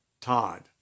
Todd